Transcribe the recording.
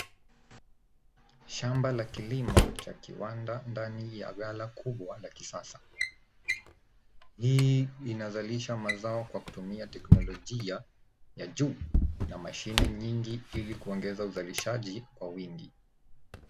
Shamba la kilimo cha kiwanda ndani ya gala kubwa ya kisasa. Hii linasalisha mazao kwa kutumia teknolojia ya juu na mashini nyingi ili kuongeza uzalishaji kwa wingi.